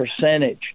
percentage